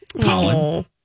colin